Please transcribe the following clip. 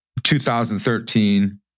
2013